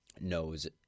knows